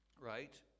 Right